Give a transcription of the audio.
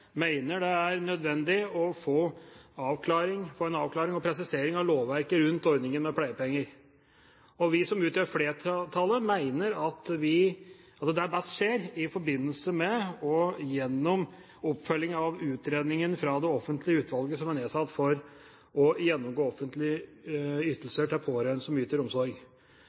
mener det er nødvendig å få en avklaring og presisering av lovverket rundt ordningen med pleiepenger. Vi som utgjør flertallet, mener at det best skjer i forbindelse med og gjennom oppfølging av utredningen fra det offentlige utvalget som er nedsatt for å gjennomgå offentlige ytelser til pårørende som yter omsorg.